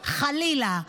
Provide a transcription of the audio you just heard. חלילה,